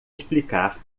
explicar